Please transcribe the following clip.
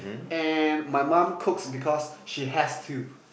and my mum cooks because she has to